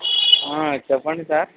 చెప్పండి సార్